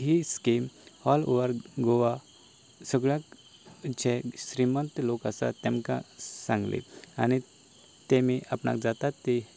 ही scheme all over Goa सगळ्यांक जे श्रीमंत लोक आसात तेमकां सांगली आनी तेमी आपणाक जातात ती